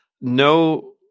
no